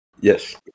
Yes